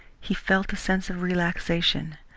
he felt a sense of relaxation,